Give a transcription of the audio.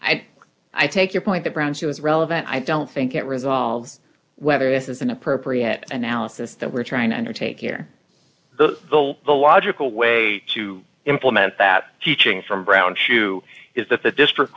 i i take your point that brown's is relevant i don't think it resolves whether this is an appropriate analogy that we're trying to undertake here the logical way to implement that teaching from brown shoe is that the district